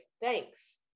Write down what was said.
thanks